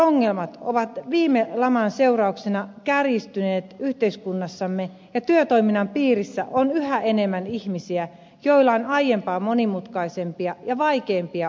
hyvinvointiongelmat ovat viime laman seurauksena kärjistyneet yhteiskunnassamme ja työtoiminnan piirissä on yhä enemmän ihmisiä joilla on aiempaa monimutkaisempia ja vaikeampia ongelmia